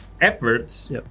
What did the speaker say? efforts